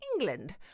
England